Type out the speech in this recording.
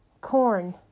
corn